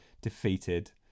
defeated